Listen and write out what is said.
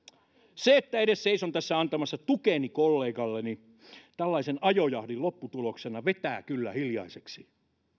se että edes seison tässä antamassa tukeni kollegalleni tällaisen ajojahdin lopputuloksena vetää kyllä hiljaiseksi